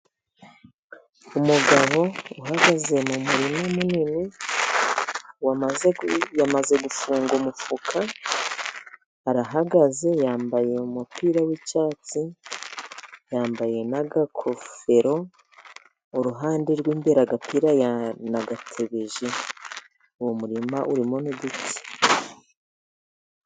Umugabo uhagaze mu murima munini, yamaze gufunga umufuka, arahagaze, yambaye umupira w'icyatsi, yambaye n'aKagofero, iruhande rw'imbere, agapira yanagatebeje, uwo murima urimo n'uduti.